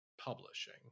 publishing